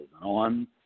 on